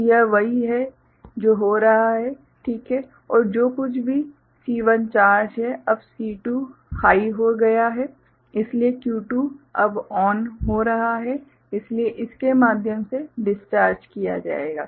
तो यह वही है जो हो रहा है ठीक है और जो कुछ भी C1 चार्ज है अब C2 हाई हो गया है इसलिए Q2 अब ON हो रहा है इसलिए इसे इसके माध्यम से डिस्चार्ज किया जाएगा